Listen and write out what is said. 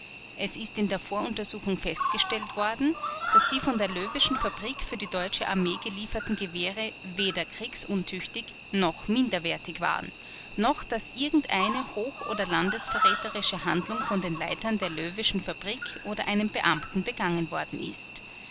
es ist in der voruntersuchung festgestellt worden daß die von der löweschen fabrik für die deutsche armee gelieferten gewehre weder kriegsuntüchtig noch minderwertig waren noch daß irgendeine hoch oder landesverräterische handlung von den leitern der löweschen fabrik oder einem beamten begangen worden ist